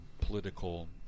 political